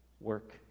work